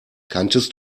kanntest